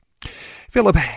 Philip